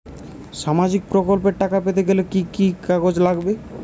সামাজিক প্রকল্পর টাকা পেতে গেলে কি কি কাগজ লাগবে?